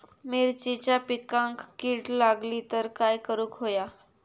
मिरचीच्या पिकांक कीड लागली तर काय करुक होया?